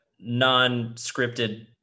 non-scripted